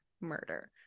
murder